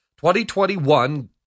2021